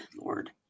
Lord